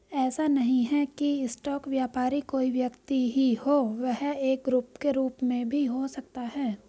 ऐसा नहीं है की स्टॉक व्यापारी कोई व्यक्ति ही हो वह एक ग्रुप के रूप में भी हो सकता है